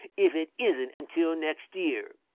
if it isn't until next year.